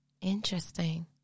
interesting